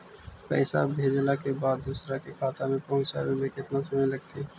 पैसा भेजला के बाद दुसर के खाता में पहुँचे में केतना समय लगतइ?